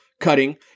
cutting